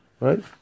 right